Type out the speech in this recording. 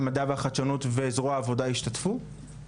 המדע והחדשנות ואזורי העבודה השתתפו?